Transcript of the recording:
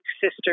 sister